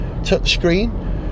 touchscreen